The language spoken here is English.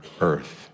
earth